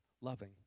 loving